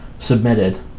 Submitted